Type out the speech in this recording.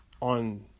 on